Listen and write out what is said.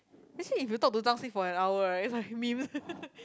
actually if you talk to Zhang-Xing for an hour right is like meme